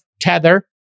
Tether